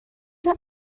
چرا